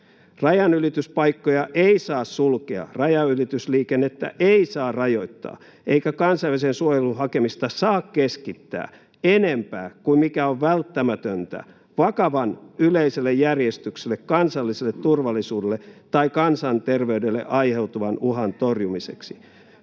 ”Rajanylityspaikkoja ei saa sulkea, rajanylitysliikennettä ei saa rajoittaa eikä kansainvälisen suojelun hakemista saa keskittää enempää kuin mikä on välttämätöntä vakavan yleiselle järjestykselle, kansalliselle turvallisuudelle tai kansanterveydelle aiheutuvan uhan torjumiseksi.